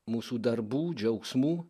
mūsų darbų džiaugsmų